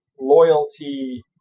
loyalty